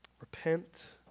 Repent